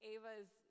Ava's